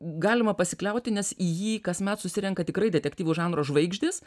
galima pasikliauti nes į jį kasmet susirenka tikrai detektyvų žanro žvaigždės